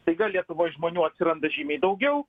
staiga lietuvoj žmonių atsiranda žymiai daugiau